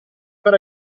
per